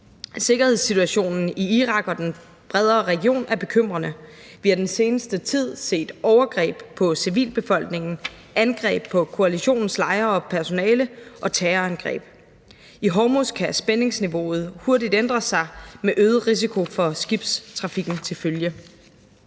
Sikkerhedssituationen i Irak og i den bredere region er bekymrende. Vi har i den seneste tid set overgreb på civilbefolkningen, angreb på koalitionens lejre og personale og terrorangreb. I Hormuzstrædet kan spændingsniveauet hurtigt ændre sig med øget risiko for skibstrafikken til følge.